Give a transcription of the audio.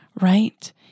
right